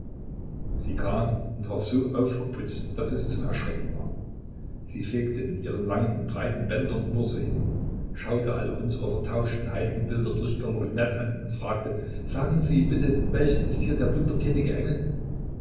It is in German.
sie kam und war so aufgeputzt daß es zum erschrecken war sie fegte mit ihren langen breiten bändern nur so hin schaute alle unsere vertauschten heiligenbilder durch die lorgnette an und fragte sagen sie bitte welcher ist hier der wundertätige engel